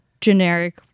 generic